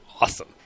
awesome